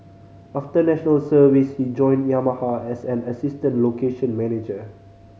after National Service he joined Yamaha as an assistant location manager